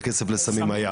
אבל כסף לסמים היה.